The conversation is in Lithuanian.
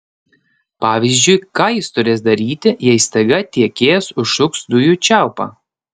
pavyzdžiui ką jis turės daryti jei staiga tiekėjas užsuks dujų čiaupą